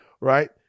Right